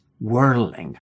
whirling